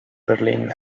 berlin